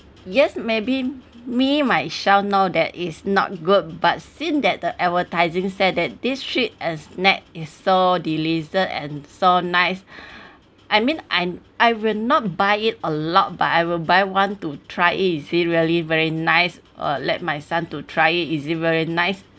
yes maybe me myself know that is not good but since that the advertising said that this sweet and snack is so delicious and so nice I mean I I will not buy it a lot but I will buy one to try is it really very nice uh let my son to try is it very nice